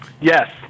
Yes